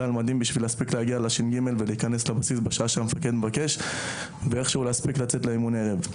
כל זה כדי להיכנס בש"ג בשעה שהמפקד מבקש ולהספיק לצאת לאימון ערב.